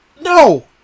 No